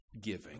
giving